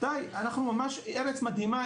אנחנו ממש ארץ מדהימה,